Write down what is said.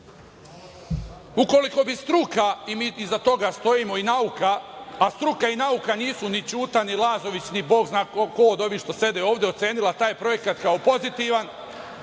ukoliko bi struka a i mi iza toga stojimo, a struka i nauka nisu ni Ćuta ni Lazović, ni bog zna ko od ovih kojih sede ovde, procenila taj projekat kao pozitivan,